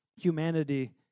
humanity